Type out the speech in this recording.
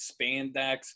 spandex